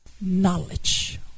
knowledge